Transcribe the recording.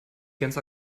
ganze